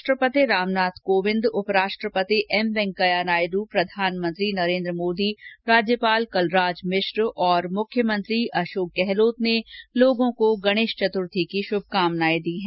राष्ट्रपति रामनाथ कोविंद उप राष्ट्रपति एम वैंकेया नायडु प्रधानमंत्री नरेन्द्र मोदी राज्यपाल कलराज मिश्र और मुख्यमंत्री अशोक गहलोत ने लोगों को गणेश चतुर्थी की शुभकामनाएँ दी है